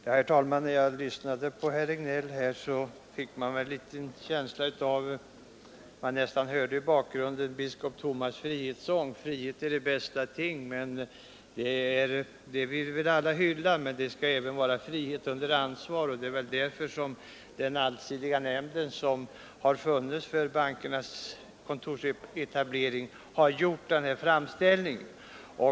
Herr talman! När man lyssnade till herr Regnéll hörde man väl nästan i bakgrunden biskop Tomas” frihetssång: Frihet är det bästa ting. Det vill vi väl alla hylla, men det skall även vara frihet under ansvar, och det är därför som den allsidiga nämnd som funnits för bankernas kontorsetablering har gjort den här framställningen.